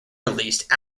released